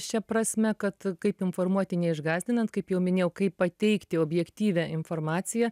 šia prasme kad kaip informuoti neišgąsdinant kaip jau minėjau kaip pateikti objektyvią informaciją